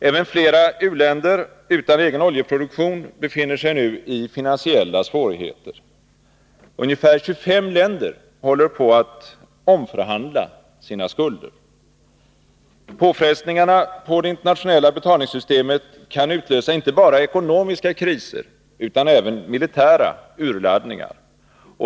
Även flera u-länder utan egen oljeproduktion befiner sig nu i finansiella svårigheter. Ungefär 25 länder håller f. n. på att omförhandla sina skulder. Påfrestningarna på det internationella betalningssystemet kan utlösa inte bara ekonomiska kriser utan även militära urladdningar.